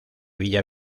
villa